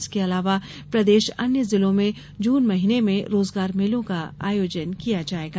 इसके अलावा प्रदेश अन्य जिलों में ज्न महीने में रोजगार मेलों को आयोजन किया जायेगा